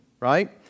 Right